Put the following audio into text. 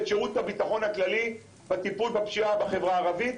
שירות הביטחון הכללי בטיפול בפשיעה בחברה הערבית,